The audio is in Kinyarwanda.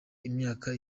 imyaka